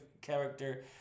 character